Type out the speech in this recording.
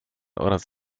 oraz